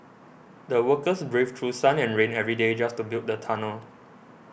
the workers braved through sun and rain every day just to build the tunnel